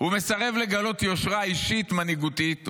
ומסרב לגלות יושרה אישית מנהיגותית,